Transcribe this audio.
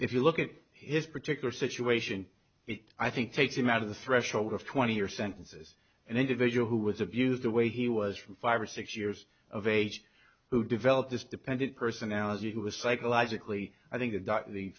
if you look at his particular situation it i think takes him out of the threshold of twenty year sentences an individual who was abused the way he was from five or six years of age who developed this dependent personality who was psychologically i think that the